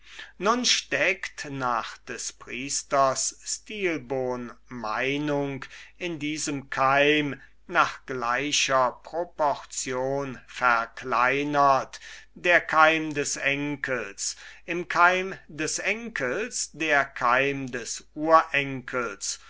nun steckt nach des priester stilbons meinung in diesem keim nach gleicher proportion verkleinert der keim des enkels im keim des enkels der keim des urenkels